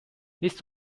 this